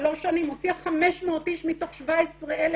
שלוש שנים הוציאה 500 איש מתוך 17,000